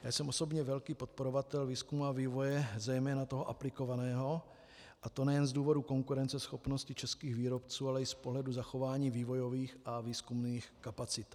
Já jsem osobně velký podporovatel výzkumu a vývoje, zejména toho aplikovaného, a to nejen z důvodu konkurenceschopnosti českých výrobců, ale i z pohledu zachování vývojových a výzkumných kapacit.